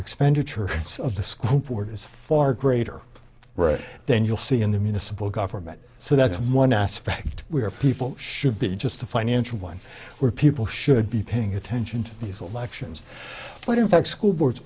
expenditure of the school board is far greater right then you'll see in the municipal government so that's one aspect where people should be just a financial one where people should be paying attention to these elections but in fact school boards